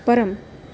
परम्